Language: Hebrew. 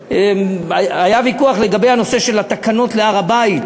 היה ויכוח לגבי הנושא של התקנות להר-הבית,